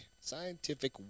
Scientific